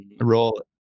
roll